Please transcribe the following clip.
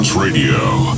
Radio